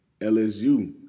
LSU